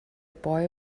boy